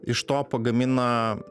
iš to pagamina